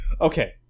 Okay